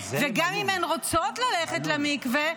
וגם אם הן רוצות ללכת למקווה,